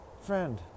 friend